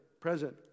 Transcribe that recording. present